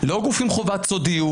לא גוף עם חובת סודיות,